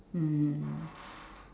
mmhmm